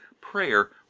prayer